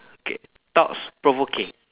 okay thoughts provoking